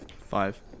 Five